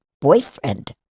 boyfriend